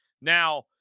Now